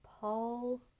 Paul